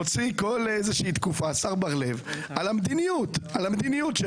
מוציא כל איזושהי תקופה על המדיניות שלו.